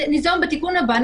ניזום בתיקון הבא,